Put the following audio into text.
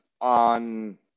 on